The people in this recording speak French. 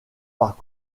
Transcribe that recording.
par